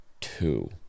two